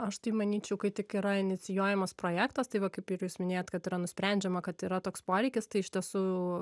aš tai manyčiau kai tik yra inicijuojamas projektas tai va kaip ir jūs minėjot kad yra nusprendžiama kad yra toks poreikis tai iš tiesų